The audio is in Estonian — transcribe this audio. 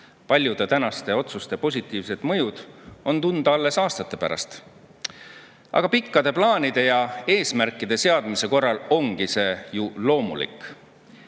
Paljude tänaste otsuste positiivne mõju on tunda alles aastate pärast. Aga pikkade plaanide ja eesmärkide seadmise korral ongi see loomulik.